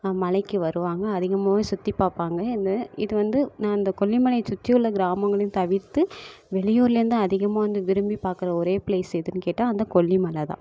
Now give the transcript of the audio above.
மலைக்கு வருவாங்க அதிகமாகவே சுற்றி பார்ப்பாங்க எந்த இது வந்து நான் இந்த கொல்லிமலைய சுற்றி உள்ள கிராமங்களையும் தவிர்த்து வெளியூரில் இருந்து அதிகமாக வந்து விரும்பி பார்க்கற ஒரே பிளேஸ் எதுன்னு கேட்டால் அந்த கொல்லிமலை தான்